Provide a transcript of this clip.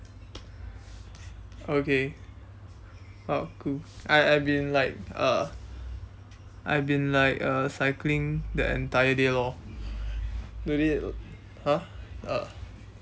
okay !wow! cool I I've been like uh I've been like uh cycling the entire day lor today !huh! uh